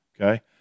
Okay